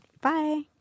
Bye